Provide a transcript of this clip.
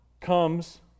comes